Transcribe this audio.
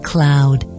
Cloud